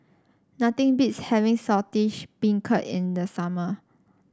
nothing beats having Saltish Beancurd in the summer